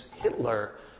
Hitler